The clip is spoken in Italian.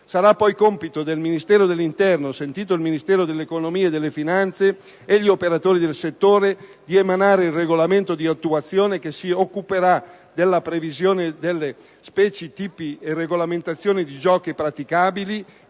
Sarà poi compito del Ministero dell'interno, sentito il Ministero dell'economia e delle finanze e gli operatori del settore, di emanare il regolamento di attuazione che si occuperà della previsione di specie, tipi e regolamentazione di giochi praticabili,